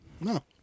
no